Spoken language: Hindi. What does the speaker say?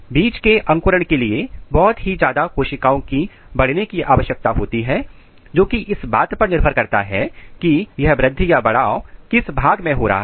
बीज के अंकुरण के लिए बहुत ही ज्यादा कोशिकाओं की बढ़ने की आवश्यकता होती है जो कि इस बात पर निर्भर करता है की बढ़ाव किस भाग में हो रहा है